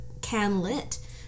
can-lit